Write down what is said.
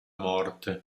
morte